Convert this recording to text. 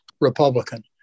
Republican